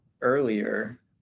earlier